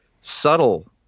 subtle